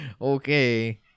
okay